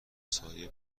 سایه